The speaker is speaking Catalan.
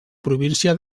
província